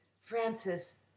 Francis